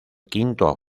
quinto